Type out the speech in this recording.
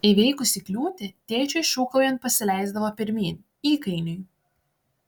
įveikusi kliūtį tėčiui šūkaujant pasileisdavo pirmyn įkainiui